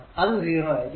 അത് 0 ആയിരിക്കും